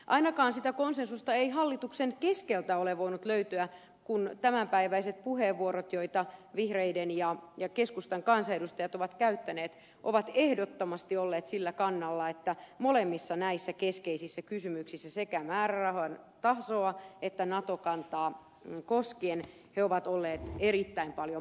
ainakaan sitä konsensusta ei hallituksen keskeltä ole voinut löytyä kun tämänpäiväiset puheenvuorot joita vihreiden ja keskustan kansanedustajat ovat käyttäneet ovat ehdottomasti olleet sillä kannalla että molemmissa näissä keskeisissä kysymyksissä sekä määrärahan tasoa että nato kantaa koskien ollaan erittäin paljon maltillisempia